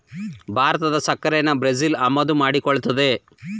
ಭಾರತದ ಸಕ್ಕರೆನಾ ಬ್ರೆಜಿಲ್ ಆಮದು ಮಾಡಿಕೊಳ್ಳುತ್ತದೆ